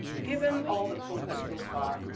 given all the focus so far,